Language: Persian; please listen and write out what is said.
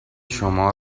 شما